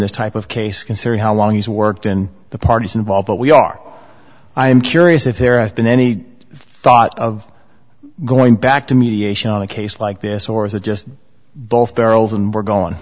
this type of case considering how long he's worked in the parties involved what we are i am curious if there are been any thought of going back to mediation on a case like this or is it just both barrels and we're go